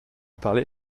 parler